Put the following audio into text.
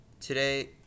Today